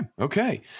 Okay